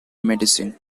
medicine